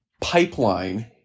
pipeline